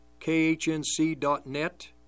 KHNC.net